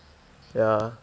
ya